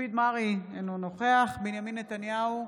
מופיד מרעי, אינו נוכח בנימין נתניהו,